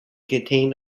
contain